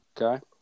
Okay